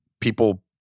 People